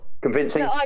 convincing